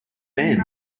ben